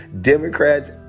Democrats